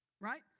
right